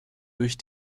durch